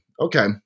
okay